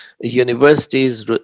universities